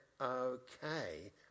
okay